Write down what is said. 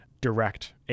direct